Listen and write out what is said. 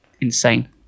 insane